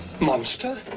Monster